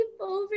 over